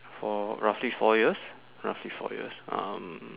for roughly four years roughly four years um